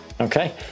okay